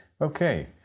Okay